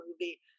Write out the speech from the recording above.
movie